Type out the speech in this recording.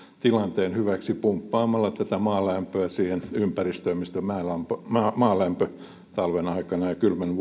tilanteen hyväksi pumppaamalla tätä maalämpöä siihen ympäristöön mistä maalämpö talven aikana kylmänä